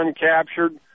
uncaptured